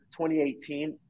2018